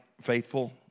faithful